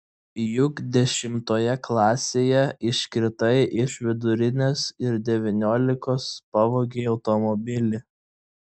juk dešimtoje klasėje iškritai iš vidurinės ir devyniolikos pavogei automobilį